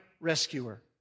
rescuer